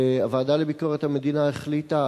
והוועדה לביקורת המדינה החליטה,